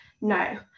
no